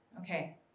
Okay